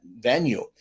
venue